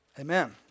Amen